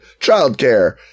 childcare